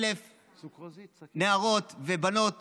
15,000 נערות ובנות